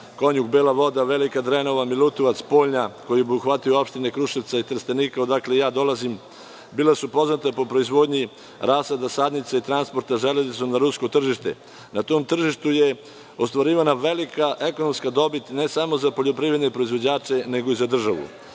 Konjuh, Bela Voda, Velika Drenova, Milutovac, Sponja, koji obuhvataju opštine Kruševca i Trstenika odakle ja dolazim, bila su poznata po proizvodnji rasada sadnica i transporta železnicom na rusko tržište. Na tom tržištu je ostvarivana velika ekonomska dobit ne samo za poljoprivredne proizvođače nego i za državu.